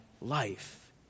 life